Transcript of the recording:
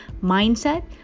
mindset